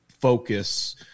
focus